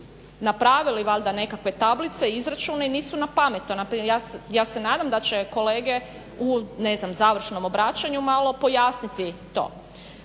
napravili valjda nekakve tablice, izračune, nisu napamet to, ja se nadam da će kolege u ne znam završnom obraćanju malo pojasniti to.